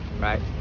right